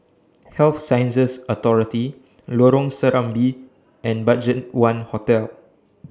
Health Sciences Authority Lorong Serambi and BudgetOne Hotel